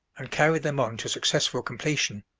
and carried them on to successful completion.